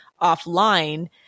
offline